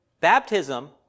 Baptism